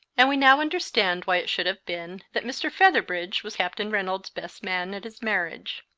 and we now understand why it should have been that mr. featherbridge was captain reynolds' best man at his marriage.